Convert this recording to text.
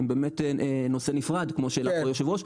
הן באמת נושא נפרד כמו שאמר היו"ר,